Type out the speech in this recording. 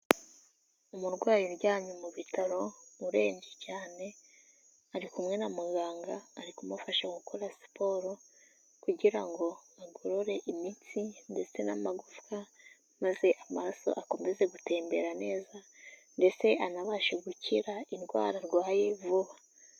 Umurwayi uryamye mu bitaro, urembye cyane, ari kumwe na muganga ,ari kumufasha gukora siporo, kugira ngo agorore imitsi ndetse n'amagufwa, maze amaraso akomeze gutembera neza, ndetse anabashe gukira indwara arwaye vuba.